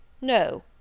No